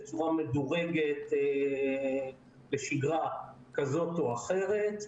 בצורה מדורגת לשגרה כזאת או אחרת.